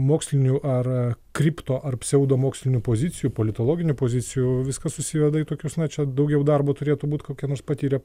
mokslinių ar kripto ar pseudomokslinių pozicijų politologinių pozicijų viskas susiveda į tokius na čia daugiau darbo turėtų būt kokie nors patyrę